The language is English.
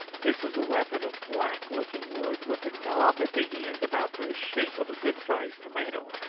this was a weapon of black-looking wood, with a knob at the end about the shape of a good-sized tomato.